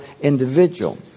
individual